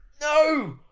no